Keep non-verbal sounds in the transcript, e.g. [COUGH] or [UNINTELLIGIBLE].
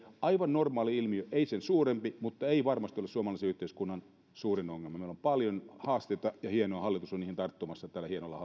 aivan normaali ilmiö ei sen suurempi eikä se varmasti ole suomalaisen yhteiskunnan suurin ongelma meillä on paljon haasteita ja on hienoa että hallitus on niihin tarttumassa tällä hienolla [UNINTELLIGIBLE]